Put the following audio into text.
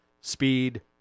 speed